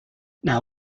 now